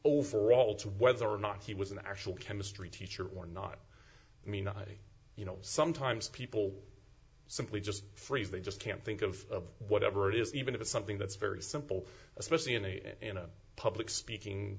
overall to whether or not he was an actual chemistry teacher or not i mean i you know sometimes people simply just phrase they just can't think of whatever it is even if it's something that's very simple especially in a in a public speaking